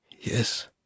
Yes